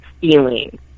feeling